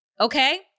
Okay